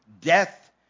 death